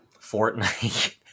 Fortnite